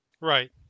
Right